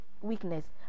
weakness